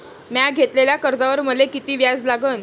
म्या घेतलेल्या कर्जावर मले किती व्याज लागन?